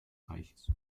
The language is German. reichs